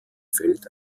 feld